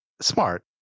smart